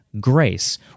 grace